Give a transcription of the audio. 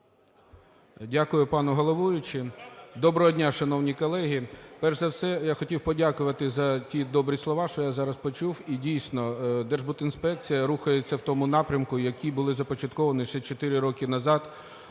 Дякую, пане головуючий. Доброго дня, шановні колеги! Перш за все, я хотів подякувати за ті добрі слова, що я зараз почув. І, дійсно, Держбудінспекція рухається в тому напрямку, які були започатковані ще чотири роки назад,